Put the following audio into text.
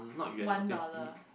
one dollar